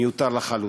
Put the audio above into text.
מיותר לחלוטין.